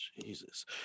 Jesus